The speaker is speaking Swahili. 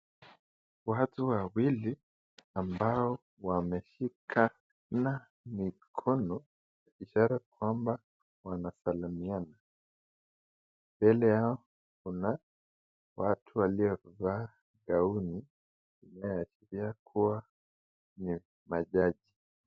Watu wawili ambao wameshikana mikono ishara kwamba wanasalimiana, mbele yao Kuna watu waliyifaa yauni inayo ashiria kuwa ni majaji.